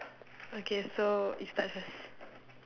okay so you start first